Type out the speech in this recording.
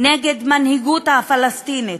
נגד המנהיגות הפלסטינית,